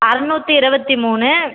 அறநூற்றி இருபத்தி மூணு